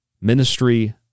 ministry